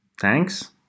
Thanks